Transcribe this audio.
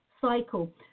cycle